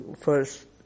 first